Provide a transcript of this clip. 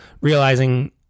realizing